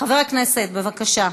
חבר הכנסת, בבקשה.